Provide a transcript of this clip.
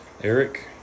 Eric